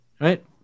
Right